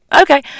okay